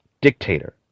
dictator